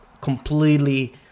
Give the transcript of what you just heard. completely